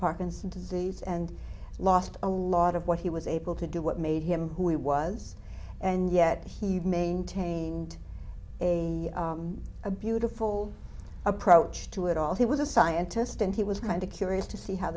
parkinson's disease and lost a lot of what he was able to do what made him who he was and yet he maintained a a beautiful approach to it all he was a scientist and he was kind of curious to see how